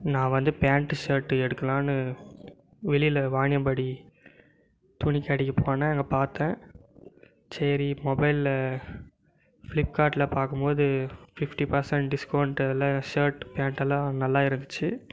நான் வந்து pant shirt எடுக்கலாம்ன்னு வெளியில் வாணியம்பாடி துணி கடைக்கு போனேன் அங்கே பார்த்தேன் சரி மொபைலில் ஃபிளிப்கார்ட்டில் பார்க்கும் போது ஃபிஃப்டி பர்சன்ட் டிஸ்கவுண்டில் ஷர்ட் பேண்டெலாம் நல்லா இருந்துச்சு